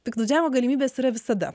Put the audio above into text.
piktnaudžiavimo galimybės yra visada